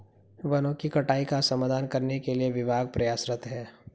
वनों की कटाई का समाधान करने के लिए विभाग प्रयासरत है